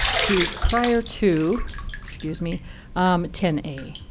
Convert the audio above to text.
to prior to excuse me um ten a.